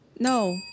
No